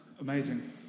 amazing